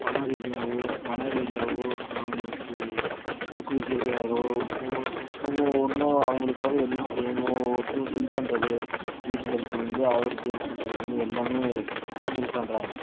பண ரீதியாகவோ மன ரீதியாகவோ அவங்களுக்கு ஊக்குவிக்கிறதுக்காகவோ ஒவ்வொன்றும் அவங்களுக்காக என்னென்ன செய்யணுமோ ஒவ்வொருத்தருக்கும் ஹெல்ப் பண்ணுறது வீட்டு ஹெல்ப்புலேருந்து அவருக்கு ஹெல்ப் பண்ணுறதுலேந்து எல்லாமே ஹெல்ப் பண்ணுறாங்க